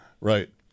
Right